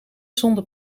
zonder